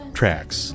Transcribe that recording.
tracks